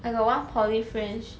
I got one poly friend she